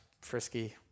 Frisky